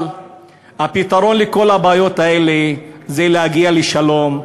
אבל הפתרון לכל הבעיות האלה זה להגיע לשלום,